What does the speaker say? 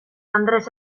andres